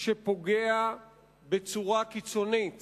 שפוגע בצורה קיצונית